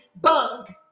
Bug